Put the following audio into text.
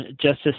Justice